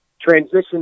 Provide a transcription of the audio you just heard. transition